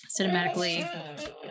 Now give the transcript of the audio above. cinematically